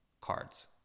cards